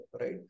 right